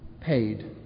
paid